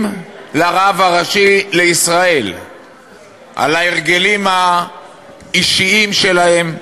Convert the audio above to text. לרב הראשי לישראל על ההרגלים האישיים שלהן,